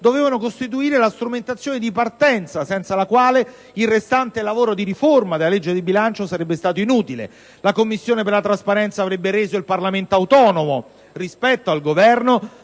dovevano costituire la strumentazione di partenza, senza la quale il restante lavoro di riforma della legge di bilancio sarebbe stato inutile. La Commissione per la trasparenza avrebbe reso il Parlamento autonomo, rispetto al Governo,